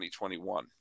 2021